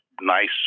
nice